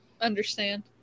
understand